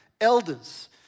elders